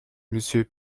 monsieur